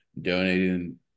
donating